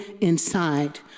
inside